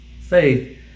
faith